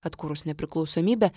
atkūrus nepriklausomybę